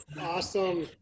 Awesome